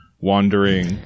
wandering